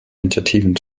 initiativen